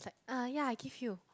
he was like uh ya I give you